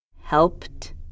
helped